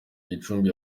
gicumbi